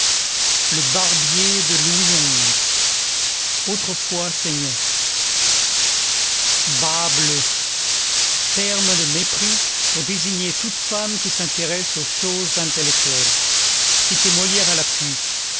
le barbier de louis xi autrefois saignait bas-bleu terme de mépris pour désigner toute femme qui s'intéresse aux choses intellectuelles citer molière à l'appui